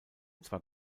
zwar